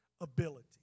ability